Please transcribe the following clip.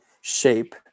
shape